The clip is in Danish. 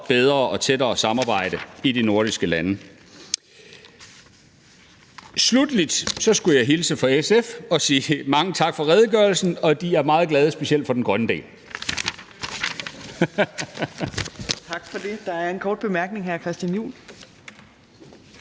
bedre og tættere samarbejde i de nordiske lande. Sluttelig skulle jeg hilse fra SF og sige mange tak for redegørelsen, og at de er meget glade for specielt den grønne del.